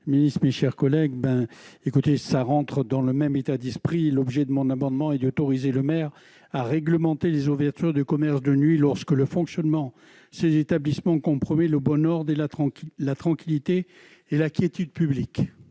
ministre, mes chers collègues, ben écoutez, ça rentre dans le même état 10 prix l'objet de mon amendement et d'autoriser le maire à réglementer les ouvertures de commerces, de nuit, lorsque le fonctionnement ces établissements compromet le bon ordre et la tranquillité, la tranquillité